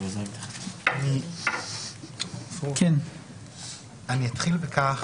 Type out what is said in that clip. אני אתחיל בכך